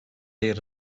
yer